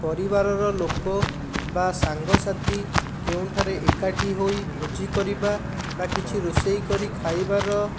ପରିବାରର ଲୋକ ବା ସାଙ୍ଗସାଥୀ କେଉଁଠାରେ ଏକାଠି ହୋଇ ଭୋଜି କରିବା ବା କିଛି ରୋଷେଇ କରି ଖାଇବାର